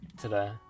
Today